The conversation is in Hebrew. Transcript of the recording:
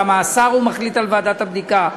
למה השר מחליט על ועדת הבדיקה?